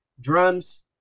drums